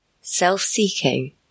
self-seeking